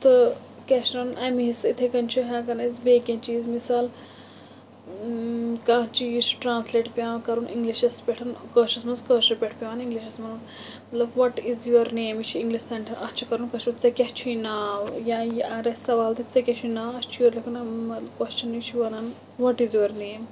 تہٕ کیٛاہ چھِ وَنان اَمہِ حصہٕ یِتھَے کٔنۍ چھُ ہٮ۪کان أسۍ بیٚیہِ کیٚنٛہہ چیٖز مِثال کانٛہہ چیٖز چھُ ٹرٛانٕسلیٹ پٮ۪وان کَرُن اِنٛگلِشَس پٮ۪ٹھ کٲشرِس منٛز کٲشرِ پٮ۪ٹھ پٮ۪وان اِنٛگلِشَس منٛز مطلب وَٹ اِز یُوَر نیم یہِ چھُ اِنٛگلِش سٮ۪ٹٮ۪نٕس اَتھ چھِ کَرُن کٲشٕر پٲٹھۍ ژےٚ کیٛاہ چھُے ناو یا یہِ اَگر اَسہِ سوال تہِ ژےٚ کیٛاہ چھُے ناو اَسہِ چھُ یور لٮ۪کھُن مطلب کۄچھَن یہِ چھِ وَنان وَٹ اِز یُوَر نیم